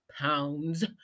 pounds